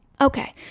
Okay